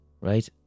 right